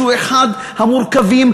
שהוא אחד המורכבים,